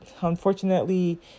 unfortunately